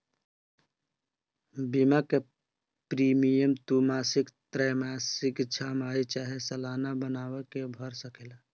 बीमा के प्रीमियम तू मासिक, त्रैमासिक, छमाही चाहे सलाना बनवा के भर सकेला